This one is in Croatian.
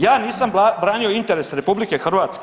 Ja nisam branio interes RH?